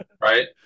Right